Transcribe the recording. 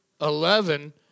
eleven